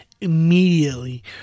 immediately